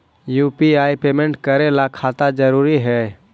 UPI payment करे ला खाता जरूरी है?